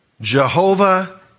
Jehovah